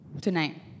tonight